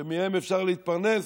שמהם אפשר להתפרנס,